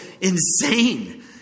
insane